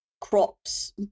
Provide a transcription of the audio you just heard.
crops